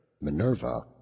Minerva